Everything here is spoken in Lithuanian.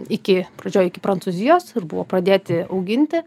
iki pradžioj iki prancūzijos ir buvo pradėti auginti